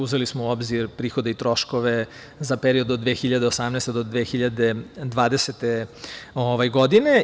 Uzeli smo u obzir prihode i troškove za period od 2018. godine do 2020. godine.